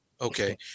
Okay